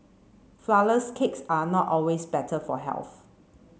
flourless cakes are not always better for health